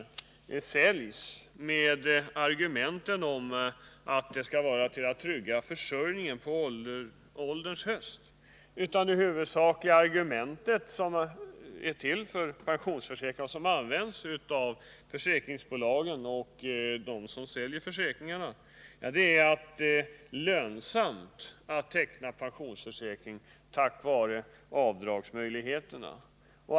Dessa försäkringar säljs ju inte med argument om att de skall trygga försörjningen på ålderns höst, utan det huvudsakliga argument som används av försäkringsbolagen och dem som säljer försäkringarna är att det är lönsamt att teckna pensionsförsäkringar tack vare avdragsmöjligheterna.